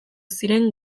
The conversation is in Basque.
ziren